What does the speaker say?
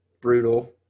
brutal